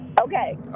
Okay